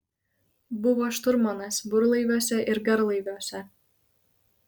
buvo šturmanas burlaiviuose ir garlaiviuose